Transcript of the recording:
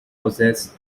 possess